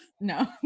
No